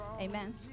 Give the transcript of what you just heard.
Amen